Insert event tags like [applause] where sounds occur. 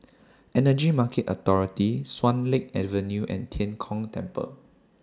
[noise] Energy Market Authority Swan Lake Avenue and Tian Kong Temple